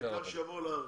העיקר שיבואו לארץ.